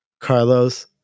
Carlos